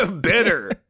Bitter